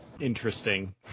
Interesting